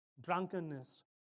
drunkenness